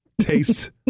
taste